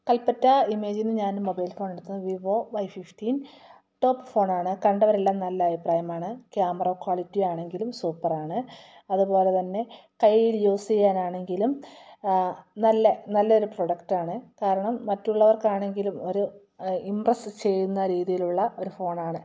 കൽപ്പറ്റ ഇമേജിൽ നിന്ന് ഞാൻ ഒരു മൊബൈൽ ഫോൺ എടുത്തു വിവോ വൈ ഫിഫ്റ്റീൻ ടോപ് ഫോണാണ് കണ്ടവരെല്ലാം നല്ല അഭിപ്രായമാണ് ക്യാമറ ക്വാളിറ്റി ആണെങ്കിലും സൂപ്പറാണ് അതുപോലെതന്നെ കയ്യിൽ യൂസ് ചെയ്യാൻ ആണെങ്കിലും നല്ല നല്ലൊരു പ്രോഡക്ട് ആണ് കാരണം മറ്റുള്ളവർക്കാണെങ്കിലും ഒരു ഇമ്പ്രെസ്സ് ചെയ്യുന്ന രീതിയിലുള്ള ഒരു ഫോണാണ്